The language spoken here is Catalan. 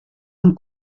amb